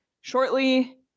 shortly